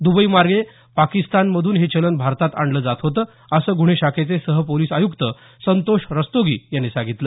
दबईमार्गे पाकिस्तानमधून हे चलन भारतात आणलं जात होतं असं गुन्हे शाखेचे सहपोलिस आयुक्त संतोष रस्तोगी यांनी सांगितलं